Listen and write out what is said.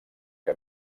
que